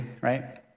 right